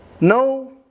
No